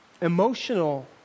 emotional